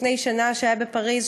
לפני שנה בפריז,